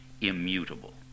immutable